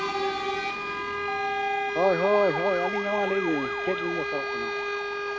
ᱦᱳᱭ ᱦᱳᱭ ᱦᱳᱭ ᱟᱹᱞᱤᱧ ᱜᱮ ᱢᱟ ᱞᱟᱹᱭ ᱵᱤᱱ ᱪᱮᱫ ᱵᱤᱱ ᱫᱚᱨᱠᱟᱨᱚᱜ ᱠᱟᱱᱟ